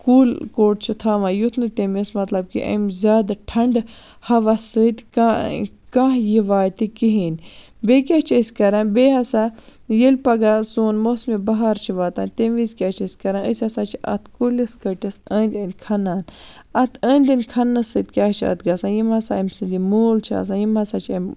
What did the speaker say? کُل کوٚٹ چھِ تھاوان یُتھ نہٕ تٔمس مَطلَب کہِ امہِ زیادٕ ٹھَنڈٕ ہَوا سۭتۍ کانٛہہ یہِ واتہِ کِہیٖنۍ بیٚیہِ کیاہ چھِ أسۍ کَران بیٚیہِ ہَسا ییٚلہِ پَگاہ سون موسمِ بَہار چھ واتان تمہِ وِز کیاہ چھِ أسۍ کَران أسۍ ہَسا چھِ اتھ کُلِس کٔٹِس أنٛدۍ أنٛدۍ کھَنان اتھ أنٛدۍ أنٛدۍ کھَننہٕ سۭتۍ کیاہ چھُ اتھ گَژھان یِم ہَسا امہ سٕنٛد یِم موٗل چھِ آسان یِم ہَسا چھِ امہِ